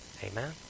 Amen